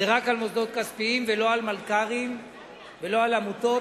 זה רק על מוסדות כספיים ולא על מלכ"רים ולא על עמותות.